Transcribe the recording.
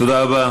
תודה רבה.